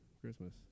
christmas